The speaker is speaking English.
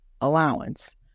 allowance